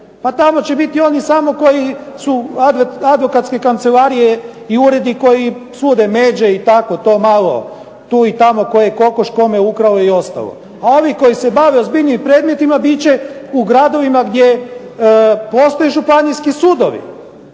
Pa tamo će biti samo one advokatske kancelarije i uredi koji sude međe i tako to malo tu i tamo tko je kokoš kome ukrao i ostalo. A ovi koji se bave ozbiljnijim predmetima bit će u gradovima gdje postoje županijskih sudovi.